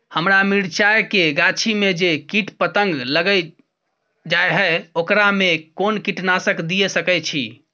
हमरा मिर्चाय के गाछी में जे कीट पतंग लैग जाय है ओकरा में कोन कीटनासक दिय सकै छी?